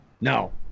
no